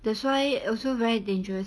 that's why also very dangerous